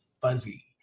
fuzzy